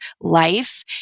life